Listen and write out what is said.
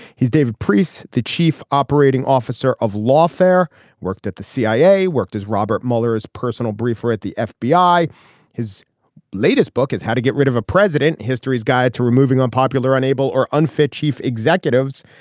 he's david priest the chief operating officer of lawfare worked at the cia worked as robert mueller as personal briefer at the fbi. his latest book is how to get rid of a president history's guide to removing unpopular unable or unfit chief executives.